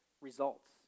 results